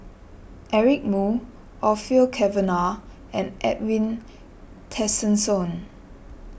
Eric Moo Orfeur Cavenagh and Edwin Tessensohn